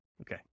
Okay